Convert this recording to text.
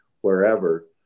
wherever